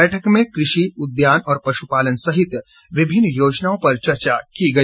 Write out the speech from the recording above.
बैठक में कृषि उद्यान और पशुपालन सहित विभिन्न योजनाओं पर चर्चा की गई